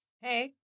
Hey